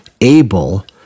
able